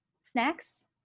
snacks